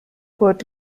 port